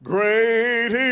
Great